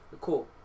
Cool